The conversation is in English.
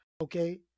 okay